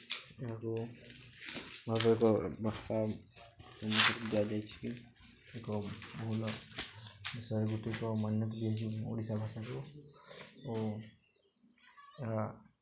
ଏହାକୁ ଏକ ଭାଷା ଦିଆଯାଇଛି ଏକ ବିଷୟରେ ଏକ ମାନ୍ୟତା ଦିଆଯାଇଛି ଓଡ଼ିଶା ଭାଷାକୁ ଓ ଏହା